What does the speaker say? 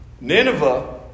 Nineveh